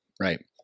Right